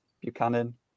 buchanan